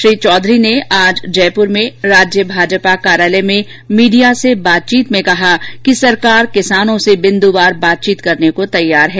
उन्होंने आज जयपुर में राज्य भाजपा कार्यालय में मीडिया से बातचीत में कहा कि सरकार किसानों से बिंदुवार बातचीत करने को तैयार हैं